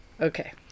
Okay